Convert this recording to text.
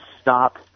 stop